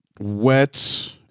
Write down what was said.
wet